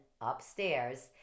upstairs